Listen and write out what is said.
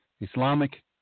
Islamic